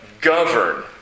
govern